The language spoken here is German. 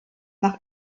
nach